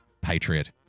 Patriot